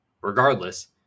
Regardless